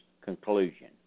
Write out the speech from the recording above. conclusion